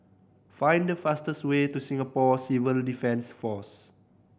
find the fastest way to Singapore Civil Defence Force